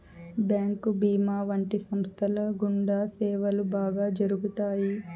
bank భీమా వంటి సంస్థల గుండా సేవలు బాగా జరుగుతాయి